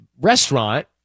restaurant